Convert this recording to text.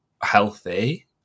healthy